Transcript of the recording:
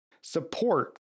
support